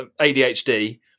ADHD